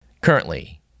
currently